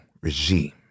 regime